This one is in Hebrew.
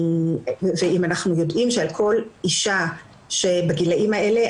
ואם אנחנו יודעים שעל כל אישה שבגילאים האלה,